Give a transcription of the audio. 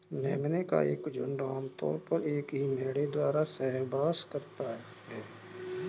मेमने का एक झुंड आम तौर पर एक ही मेढ़े द्वारा सहवास करता है